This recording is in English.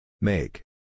Make